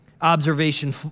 Observation